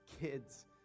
kids